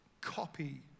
copy